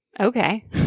Okay